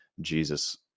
Jesus